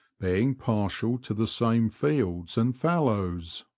being par tial to the same fields and fallows.